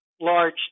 large